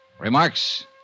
Remarks